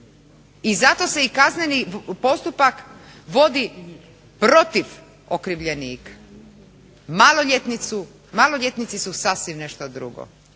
I zato se kazneni postupak vodi protiv okrivljenika. Maloljetnici su sasvim nešto sasvim